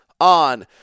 on